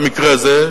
במקרה הזה,